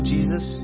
Jesus